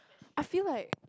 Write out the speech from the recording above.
I feel like